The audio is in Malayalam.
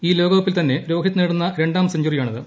ഈ ലോക കപ്പിൽ തന്നെ രോഹിത് നേടുന്ന രണ്ടാം സെഞ്ചറിയാണിത്